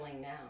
now